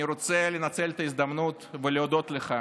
אני רוצה לנצל את ההזדמנות ולהודות לך